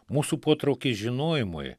mūsų potraukiai žinojimui